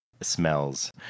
smells